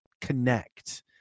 connect